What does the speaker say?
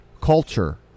culture